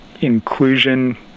Inclusion